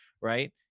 right